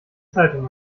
zeitungen